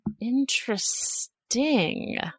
Interesting